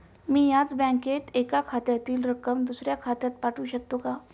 मी याच बँकेत एका खात्यातील रक्कम दुसऱ्या खात्यावर पाठवू शकते का?